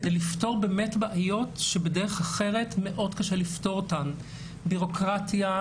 כדי לפתור בעיות שבדרך אחרת מאוד קשה לפתור אותן: בירוקרטיה,